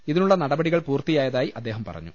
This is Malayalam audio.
ഇതിനുള്ള നടപടികൾ പൂർത്തിയായതായി അദ്ദേഹം പറഞ്ഞു